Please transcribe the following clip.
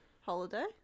Holiday